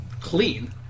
clean